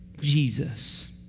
Jesus